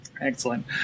excellent